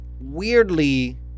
weirdly